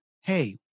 hey